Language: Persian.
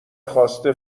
خواسته